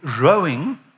rowing